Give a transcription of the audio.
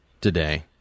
today